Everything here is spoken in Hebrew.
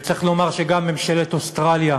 וצריך לומר שגם ממשלת אוסטרליה